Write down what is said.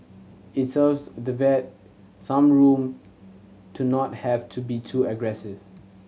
it solves the wed some room to not have to be too aggressive